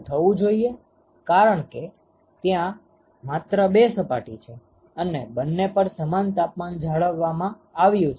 તે થવું જોઈએ કારણ કે ત્યાં માત્ર બે સપાટી છે અને બંને પર સમાન તાપમાન જાળવવામાં આવ્યુ છે